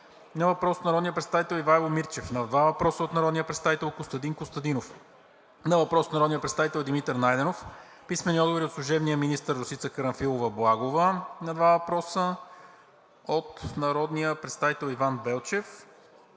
на въпрос от народния представител Ивайло Мирчев; на два въпроса от народния представител Костадин Костадинов; на въпрос от народния представител Димитър Найденов; – служебния министър Росица Карамфилова-Благова на два въпроса от народния представител Иван Белчев;